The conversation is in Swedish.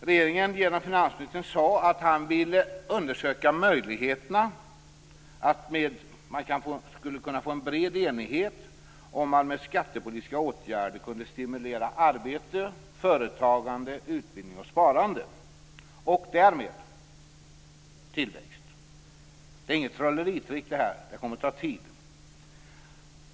Finansministern, och därmed regeringen, sade att han ville undersöka möjligheterna att få en bred enighet genom att med skattepolitiska åtgärder stimulera arbete, företagande, utbildning och sparande - och därmed tillväxt. Det här är dock inget trolleritrick; det kommer att ta tid.